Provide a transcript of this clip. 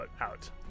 out